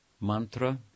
Mantra